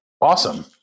awesome